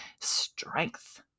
strength